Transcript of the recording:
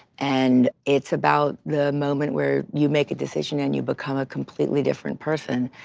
and it's about the moment where you make a decision and you become a completely different person.